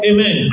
Amen